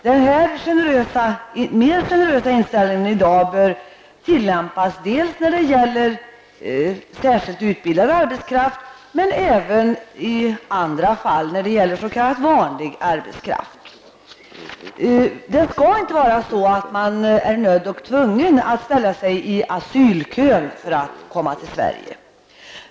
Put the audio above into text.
Denna mer generösa inställning bör tillämpas både när det gäller särskilt utbildad arbetskraft och i andra fall, dvs. i fråga om s.k. Man skall inte vara nödd och tvungen att ställa sig i asylkön för att komma till Sverige.